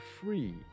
free